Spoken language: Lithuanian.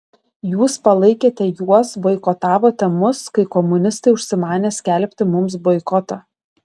jūs palaikėte juos boikotavote mus kai komunistai užsimanė skelbti mums boikotą